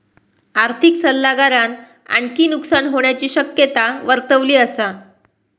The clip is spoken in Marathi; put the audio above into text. आर्थिक सल्लागारान आणखी नुकसान होण्याची शक्यता वर्तवली असा